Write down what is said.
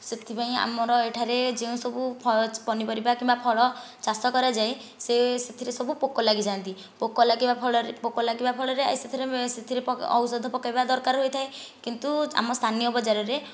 ସେଥିପାଇଁ ଆମର ଏଠାରେ ଯେଉଁସବୁ ପନିପରିବା କିମ୍ବା ଫଳ ଚାଷ କରାଯାଏ ସେ ସେଥିରେ ସବୁ ପୋକ ଲାଗିଯାଆନ୍ତି ପୋକ ଲାଗିବା ଫଳରେ ସେଥିରେ ଔଷଧ ପକାଇବା ଦରକାର ହୋଇଥାଏ କିନ୍ତୁ ଆମ ସ୍ଥାନୀୟ ବଜାରରେ